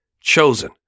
chosen